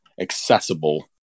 accessible